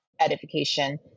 edification